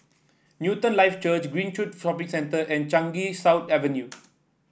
Newton Life Church Greenridge Shopping Centre and Changi South Avenue